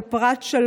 בפרט (3)